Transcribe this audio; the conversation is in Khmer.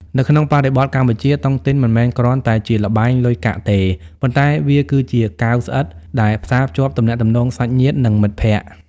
នៅក្នុងបរិបទកម្ពុជា តុងទីនមិនមែនគ្រាន់តែជាល្បែងលុយកាក់ទេ ប៉ុន្តែវាគឺជា "កាវស្អិត" ដែលផ្សារភ្ជាប់ទំនាក់ទំនងសាច់ញាតិ និងមិត្តភក្តិ។